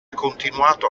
continuato